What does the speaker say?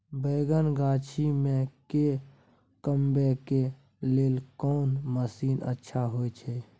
बैंगन गाछी में के कमबै के लेल कोन मसीन अच्छा होय छै?